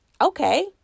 okay